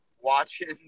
watching